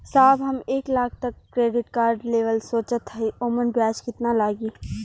साहब हम एक लाख तक क क्रेडिट कार्ड लेवल सोचत हई ओमन ब्याज कितना लागि?